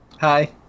Hi